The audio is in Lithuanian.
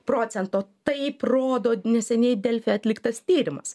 procento taip rodo neseniai delfi atliktas tyrimas